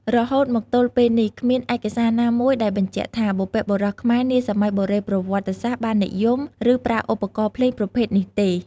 រហូតមកទល់ពេលនេះ គ្មានឯកសារណាមួយដែលបញ្ជាក់ថា បុព្វបុរសខ្មែរនាសម័យបុរេប្រវត្តិសាស្ត្របាននិយម ឬប្រើឧបករណ៍ភ្លេងប្រភេទនេះទេ។